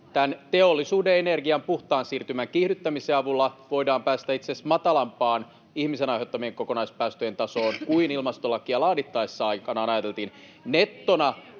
teollisuuden energian puhtaan siirtymän kiihdyttämisen avulla voidaan päästä itse asiassa matalampaan ihmisen aiheuttamien kokonaispäästöjen tasoon kuin ilmastolakia laadittaessa aikanaan ajateltiin.